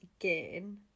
again